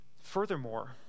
Furthermore